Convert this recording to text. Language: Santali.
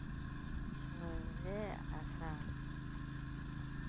ᱪᱷᱚᱭᱨᱮ ᱟᱥᱟᱲ